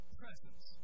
presence